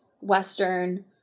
Western